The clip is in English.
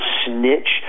snitch